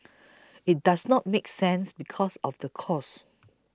it does not make sense because of the cost